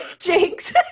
Jinx